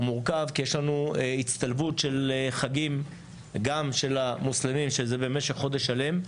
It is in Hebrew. הוא מורכב כי יש לנו הצטלבות של חגים גם של המוסלמים שזה במשך חודש שלם.